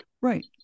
Right